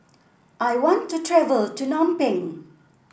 I want to travel to Phnom Penh